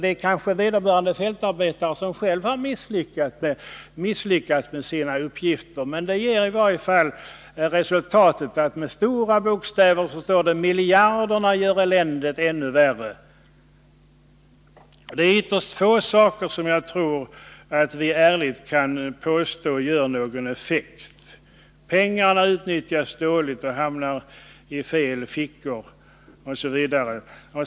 Det kanske är vederbörande fältarbetare som själv har misslyckats med sina uppgifter, men det ger till resultat att vi somi det här fallet i stora bokstäver får läsa: ”Miljarderna gör eländet ännu värre.” Vidare heter det: ”Det är ytterst få saker som jag tror att vi ärligt kan påstå gör någon effekt ——— pengarna utnyttjas dåligt och hamnar i fel fickor” OSV.